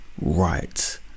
right